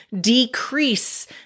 decrease